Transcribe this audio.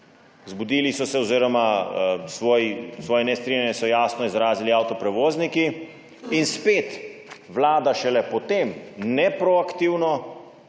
Zbudili so se oziroma svoje nestrinjanje jasno izrazili avtoprevozniki in spet Vlada šele potem ne proaktivno,